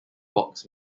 box